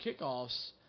kickoffs